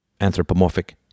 anthropomorphic